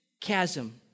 chasm